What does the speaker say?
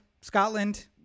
Scotland